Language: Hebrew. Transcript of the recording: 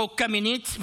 חוק קמיניץ,